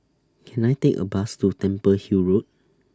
Can I Take A Bus to Temple Hill Road